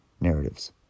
narratives